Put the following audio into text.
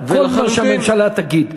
עם כל מה שהממשלה תגיד.